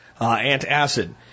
antacid